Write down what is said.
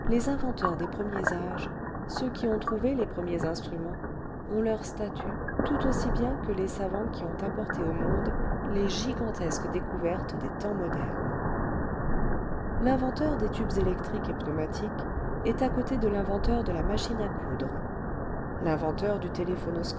les inventeurs des premiers âges ceux qui ont trouvé les premiers instruments ont leurs statues tout aussi bien que les savants qui ont apporté au monde les gigantesques découvertes des temps modernes l'inventeur des tubes électriques et pneumatiques est à côté de l'inventeur de la machine'à coudre l'inventeur du